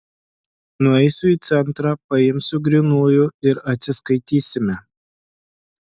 nueisiu į centrą paimsiu grynųjų ir atsiskaitysime